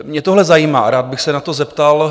Mě tohle zajímá, rád bych se na to zeptal.